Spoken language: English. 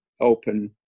open